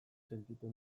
sentitu